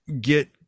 get